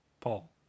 Paul